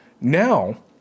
Now